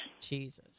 Jesus